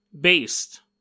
based